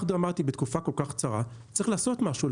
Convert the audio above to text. דרמטית בצורה כל כך קצרה צריך לעשות משהו,